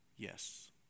Yes